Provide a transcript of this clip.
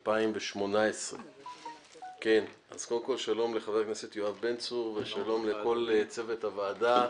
2018. קודם כל שלום לחבר הכנסת יואב בן צור ושלום לכל צוות הוועדה.